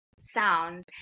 sound